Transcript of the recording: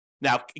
Now